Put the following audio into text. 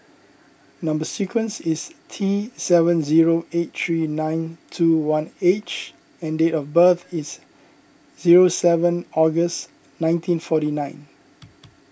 Number Sequence is T seven zero eight three nine two one H and date of birth is zero seven August nineteen forty nine